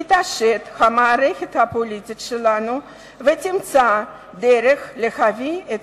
תתעשת המערכת הפוליטית שלנו ותמצא דרך להביע את